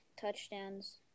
touchdowns